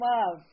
Love